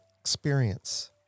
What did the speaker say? experience